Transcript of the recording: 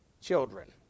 children